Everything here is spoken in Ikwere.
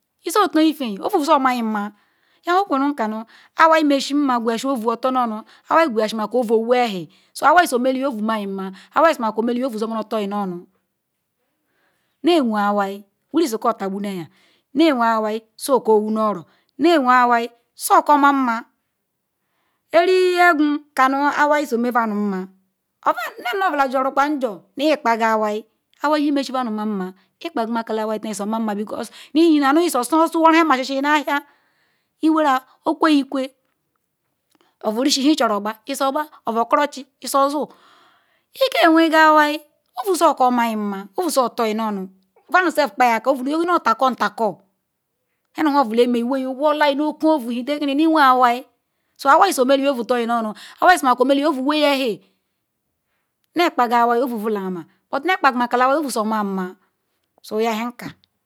iso to ecen ouu somayinma yeheme kanu awai mesi nma qwe yasi ovu owewhi so awai someli ovu ma yinma awai soma ko-ome-ovu zaotonuonu nyeweawai wuti sizo ata abu nyewen awai soko amanma ɛri begwu kanu awai yememadu nma ova. nnenunye obula. aeai bu he mesi madu manma. ikpaqumakala taa nye-mamma inena nye siosuwhoru iwe masisi alua iwera okweyikwe ouuru̇si bu nhe ichoru ogba iya agba obu okorochi bu nhe ichori izu iyo zu iyaaqba ikewega awaȯ ovu bamayi-nma ovu sotonu-onu vaduself kpuyiaka ouu metakontko nhe nu nhe obula eme wwti whorla mu oko-ovuyi lekini lenu wuen awai so awai someli iuu tor-nu-onu awai si mahomeli ouu weyiehui nye kpaya awai ovu bulaama nye-kpakomalala awai ovu so amanma so yaheka.